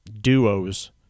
duos